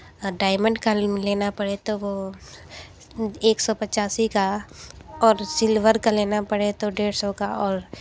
diamond का ring लेना पड़े तो वो एक सौ पचासी का और सिल्वर का लेना पड़े तो डेढ़ सौ का और